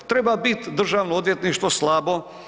Treba biti Državno odvjetništvo slabo.